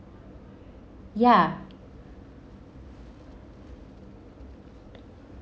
ya